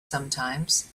sometimes